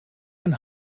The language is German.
ein